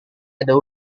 ada